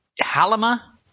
Halima